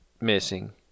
missing